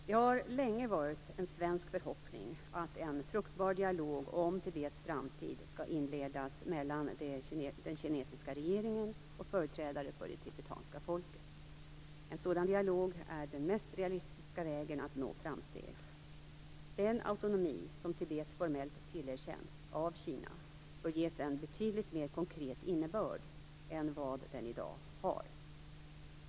Det har länge varit en svensk förhoppning att en fruktbar dialog om Tibets framtid skall inledas mellan den kinesiska regeringen och företrädare för det tibetanska folket. En sådan dialog är den mest realistiska vägen att nå framsteg. Den autonomi som Tibet formellt tillerkänns av Kina bör ges en betydligt mer konkret innebörd än vad den har i dag.